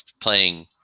playing